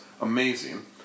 Amazing